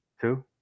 two